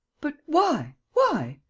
but why? why?